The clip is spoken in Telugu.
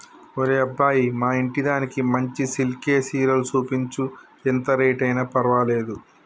ఒరే అబ్బాయి మా ఇంటిదానికి మంచి సిల్కె సీరలు సూపించు, ఎంత రేట్ అయిన పర్వాలేదు